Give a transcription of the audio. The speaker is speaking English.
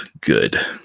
good